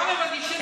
גם אם מגישים,